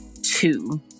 Two